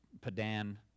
Padan